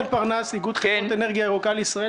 מאיגוד חברות אנרגיה ירוקה לישראל.